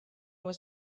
was